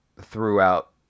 throughout